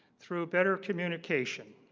through better communication